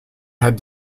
head